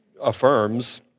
affirms